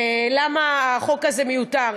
למה החוק הזה מיותר.